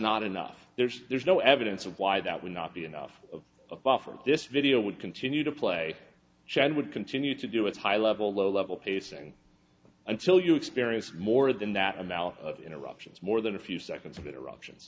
not enough there's there's no evidence of why that would not be enough of a buffer this video would continue to play shen would continue to do with high level low level pacing until you experience more than that amount of interruptions more than a few seconds of interruptions